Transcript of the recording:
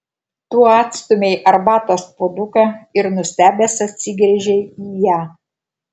tu atstūmei arbatos puoduką ir nustebęs atsigręžei į ją